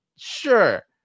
sure